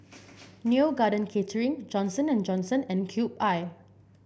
Neo Garden Catering Johnson And Johnson and Cube I